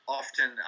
often